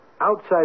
outside